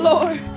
Lord